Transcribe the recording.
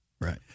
Right